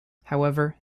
however